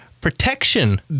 protection